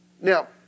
Now